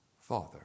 Father